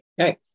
Okay